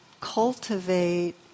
cultivate